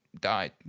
died